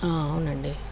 అవునండి